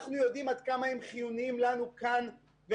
אנחנו יודעים עד כמה הם חיוניים לנו כאן ועכשיו.